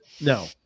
no